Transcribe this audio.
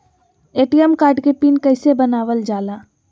ATM card के PIN कैसे बनावल जाला?